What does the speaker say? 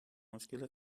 مشکل